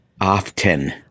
Often